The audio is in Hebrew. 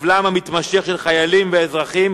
סבלם המתמשך של חיילים ואזרחים